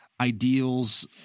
ideals